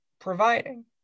providing